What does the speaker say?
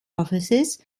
offices